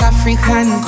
African